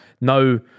No